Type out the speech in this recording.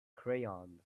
crayons